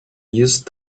used